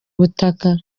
ubutaka